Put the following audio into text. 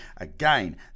Again